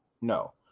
no